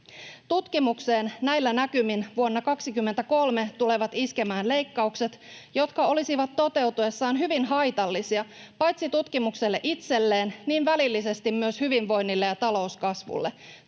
Tutkimukseen näillä näkymin vuonna 23 tulevat iskemään leikkaukset, jotka olisivat toteutuessaan hyvin haitallisia paitsi tutkimukselle itselleen välillisesti myös hyvinvoinnille ja talouskasvulle.